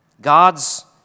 God's